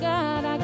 God